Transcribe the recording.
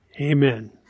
Amen